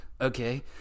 okay